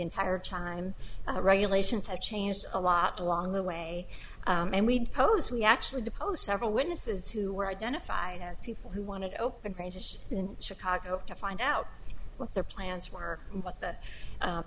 entire time regulations have changed a lot along the way and we'd pose we actually deposed several witnesses who were identified as people who want to open range in chicago to find out what their plans were and what the